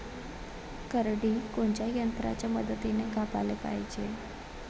करडी कोनच्या यंत्राच्या मदतीनं कापाले पायजे?